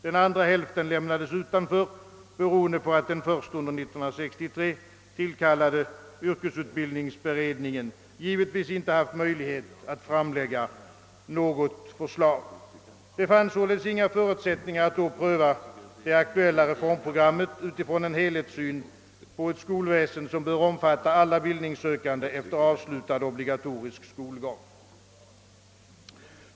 Den andra hälften lämnades utanför beroende på att den först under 1963 tillkallade yrkesutbildningsberedningen givetvis inte haft möjlighet att framlägga något förslag. Det fanns således inga förutsättningar att då pröva det aktuella reform programmet utifrån en helhetssyn på ett skolväsende som bör omfatta alla bildningssökande efter avslutad obligatorisk skolgång.